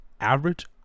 average